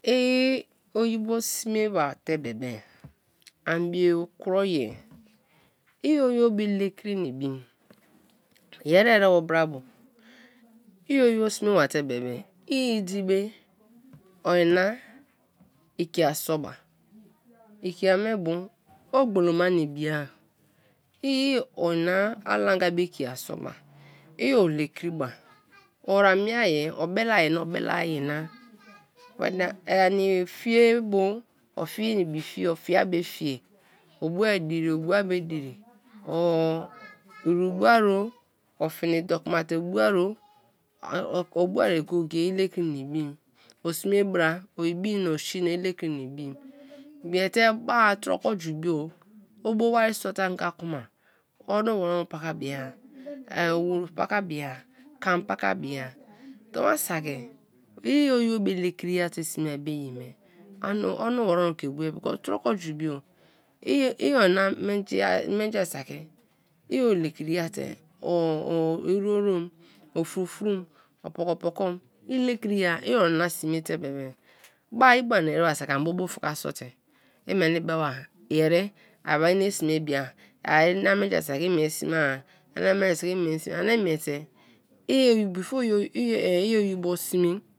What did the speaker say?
I oyibo sme ba te bebe ani be kroye i oybo be lekri na ibim yeri ere bo bra bo, i oyibo sme ba te bebe idibe ona ikia so ba ikia me bu ogbolo na naibi ai ona alagan be ikia so bai o lekri ba or- amiei obele na obele ani na ani fie bu ofiena ibi fei ofie a bo fiei, o bua diri, o bua- be diri o iru bua ro o fina doki mate bua-o o bua re go-go-e i lekri na ibim o sme bra, o-ibi na o sina i lekri na bim miete ba tro ko jubio obo wari sote anga kuma onuwaruno paka bia owu paka bia, kam pakabia, tonwa saki oyib be lekri ya te sme be ye me ani onuwarunu ke bio because troko ju bio iona menji saki i-o lekri ya te oirorom o fro from opoko ko pokom i lekri ya i-ona sme te be be, ba i bo ani ereba saki ani ba bufka sote imeni be ba yeri a bai ne sme bia, ina menji saki i mie sme a ina menji saki i mie sme a ani meite before i oyio sme.